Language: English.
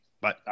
Bye